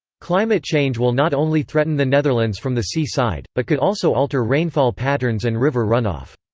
climate change will not only threaten the netherlands from the sea side, but could also alter rainfall patterns and river run-off.